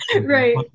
Right